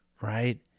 right